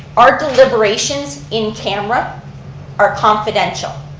our deliberations in camera are confidential.